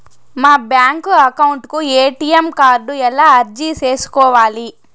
మా bank account కు ATM card ఎలా అర్జీ సేసుకోవాలి?